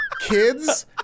kids